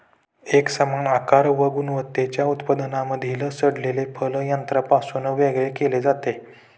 एकसमान आकार व गुणवत्तेच्या उत्पादनांमधील सडलेले फळ यंत्रापासून वेगळे केले जाते